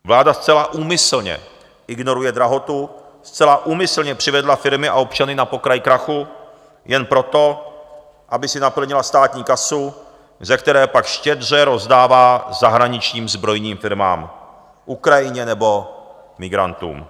Vláda zcela úmyslně ignoruje drahotu, zcela úmyslně přivedla firmy a občany na pokraj krachu jen proto, aby si naplnila státní kasu, ze které pak štědře rozdává zahraničním zbrojním firmám, Ukrajině nebo migrantům.